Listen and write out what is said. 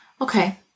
Okay